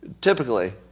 Typically